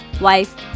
wife